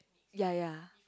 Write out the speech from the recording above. ya ya